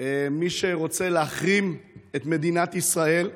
מי שרוצה להחרים את מדינת ישראל.